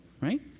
right